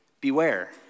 Beware